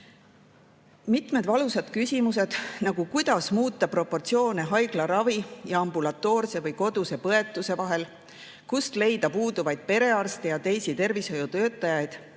Mitmed valusad küsimused, nagu kuidas muuta proportsioone haiglaravi ja ambulatoorse või koduse põetuse vahel, kust leida puuduvaid perearste ja teisi tervishoiutöötajaid,